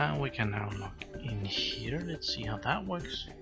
um we can now log in here and and see how that works.